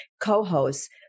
co-hosts